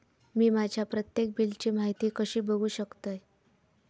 मी माझ्या प्रत्येक बिलची माहिती कशी बघू शकतय?